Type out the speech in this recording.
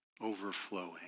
overflowing